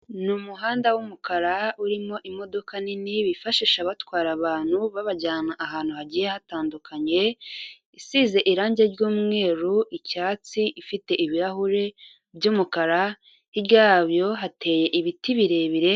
Ni umuhanda w'umukara urimo imodoka nini bifashisha batwara abantu babajyana ahantu hagiye hatandukanye, isize irange ry'umweru, icyatsi, ifite ibirahuri by'umukara, hirya yabyo hateye ibiti birebire.